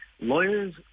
lawyers